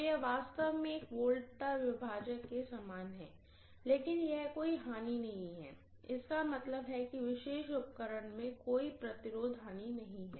तो यह वास्तव में एक वोल्टता विभाजक के समान है लेकिन यह कोई लॉस नहीं है इसका मतलब है कि इस विशेष उपकरण में कोई रेजिस्टेंस लॉस नहीं है